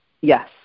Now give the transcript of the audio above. Yes